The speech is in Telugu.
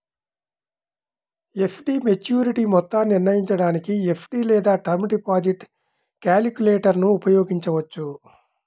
ఎఫ్.డి మెచ్యూరిటీ మొత్తాన్ని నిర్ణయించడానికి ఎఫ్.డి లేదా టర్మ్ డిపాజిట్ క్యాలిక్యులేటర్ను ఉపయోగించవచ్చు